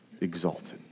exalted